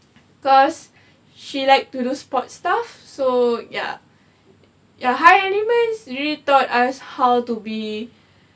cause she like to do sports stuff so ya ya high elements really taught us how to be